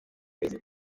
imirimo